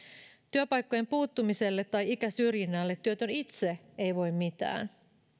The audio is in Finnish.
työpaikkojen puuttumiselle tai ikäsyrjinnälle työtön itse ei voi mitään